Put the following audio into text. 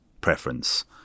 preference